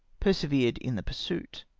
persevered in the pursuit.